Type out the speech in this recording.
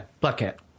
Bucket